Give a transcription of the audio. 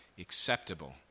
Acceptable